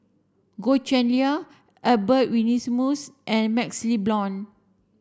Goh Cheng Liang Albert Winsemius and MaxLe Blond